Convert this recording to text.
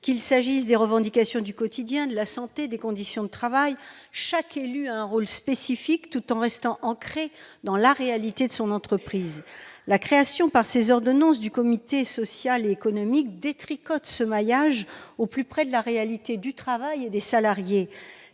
Qu'il s'agisse des revendications du quotidien, de la santé ou des conditions de travail, chaque élu a un rôle spécifique, tout en restant ancré dans la réalité de son entreprise. La création par ces ordonnances du comité social et économique détricote ce maillage au plus près de la réalité du travail et des salariés.